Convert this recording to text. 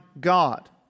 God